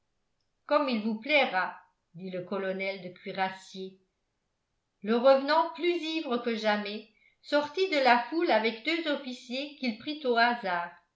comme il vous plaira dit le colonel de cuirassiers le revenant plus ivre que jamais sortit de la foule avec deux officiers qu'il prit au hasard